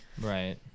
Right